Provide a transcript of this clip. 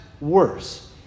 worse